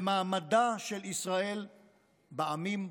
למעמדה של ישראל בעמים,